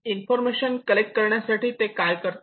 information collect करण्यासाठी ते काय करतात